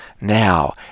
Now